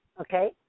Okay